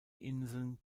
inseln